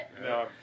No